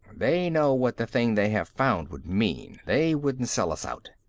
they know what the thing they have found would mean. they wouldn't sell us out.